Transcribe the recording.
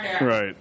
Right